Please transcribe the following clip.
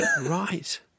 Right